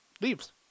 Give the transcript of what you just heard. leaves